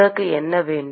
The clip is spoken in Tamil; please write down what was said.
உனக்கு என்ன வேண்டும்